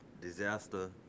disaster